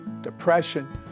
depression